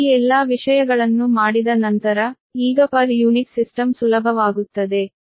ಈ ಎಲ್ಲಾ ವಿಷಯಗಳನ್ನು ಮಾಡಿದ ನಂತರ ಈಗ ಪರ್ ಯೂನಿಟ್ ಸಿಸ್ಟಮ್ ಸುಲಭವಾಗುತ್ತದೆ